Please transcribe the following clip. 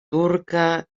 turca